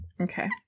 okay